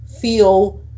feel